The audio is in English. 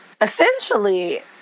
essentially